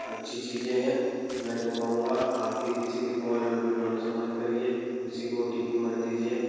अच्छी चीज़ें है मैं तो कहूँगा बाकी किसी की कॉल वगैरह पर भरोसा मत करिए किसी को ओ टी पी मत दीजिए